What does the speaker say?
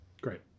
Great